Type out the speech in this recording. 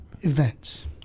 events